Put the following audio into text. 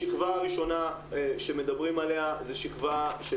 השכבה הראשונה שמדברים עליה זו שכבה של